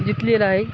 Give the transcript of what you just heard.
जिंकलेला आहे